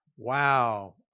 Wow